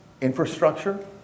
infrastructure